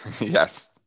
Yes